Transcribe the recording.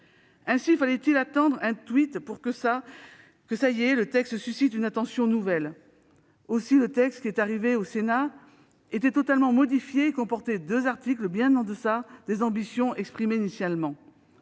Ainsi fallait-il attendre un tweet pour que, enfin, le texte suscite une attention nouvelle. Aussi, la proposition de loi arrivée au Sénat était totalement modifiée et comportait deux articles, bien en deçà des ambitions exprimées initialement.